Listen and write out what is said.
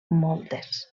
moltes